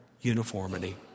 uniformity